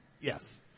Yes